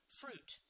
fruit